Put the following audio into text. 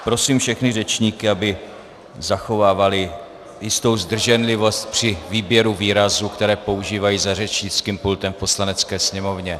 Prosím všechny řečníky, aby zachovávali jistou zdrženlivost při výběru výrazů, které používají za řečnickým pultem v Poslanecké sněmovně.